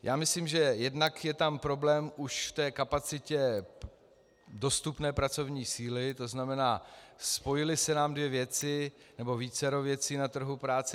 Já myslím, že jednak je tam problém už v kapacitě dostupné pracovní síly, to znamená, spojily se nám dvě věci, nebo vícero věcí na trhu práce.